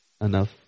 enough